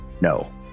No